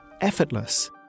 effortless